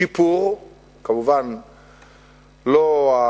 שיפור, כמובן, לא,